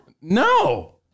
No